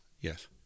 Yes